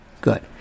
Good